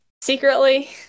secretly